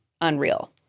unreal